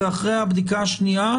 ואחרי הבדיקה השנייה,